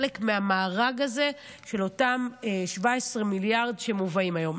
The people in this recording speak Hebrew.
חלק מהמארג הזה של אותם 17 מיליארד שמובאים היום.